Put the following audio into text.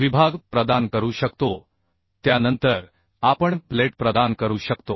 विभाग प्रदान करू शकतो त्यानंतर आपण प्लेट प्रदान करू शकतो